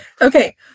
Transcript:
Okay